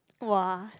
!wah!